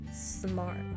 smart